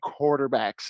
quarterbacks